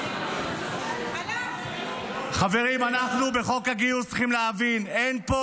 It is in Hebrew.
אין על